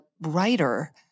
writer